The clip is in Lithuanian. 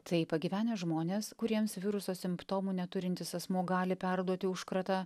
tai pagyvenę žmonės kuriems viruso simptomų neturintis asmuo gali perduoti užkratą